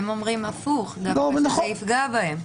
הם אומרים ההפך דווקא, שזה יפגע בהם.